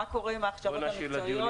מה קורה עם ההכשרות המקצועיות?